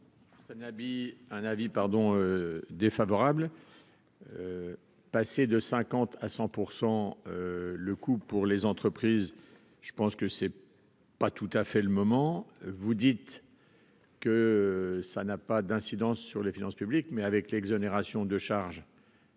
avis pardon défavorable passer de 50 à 100 pour 100, le coût pour les entreprises, je pense que c'est pas tout à fait le moment vous dites que ça n'a pas d'incidence sur les finances publiques, mais avec l'exonération de charges.